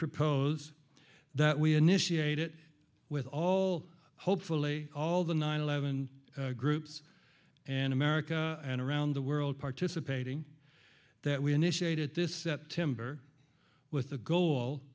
propose that we initiate it with all hopefully all the nine eleven groups in america and around the world participating that we initiated this september with the goal